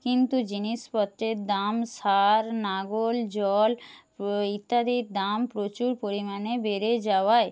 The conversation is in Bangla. কিন্তু জিনিসপত্রের দাম সার লাঙল জল ইত্যাদির দাম প্রচুর পরিমাণে বেড়ে যাওয়ায়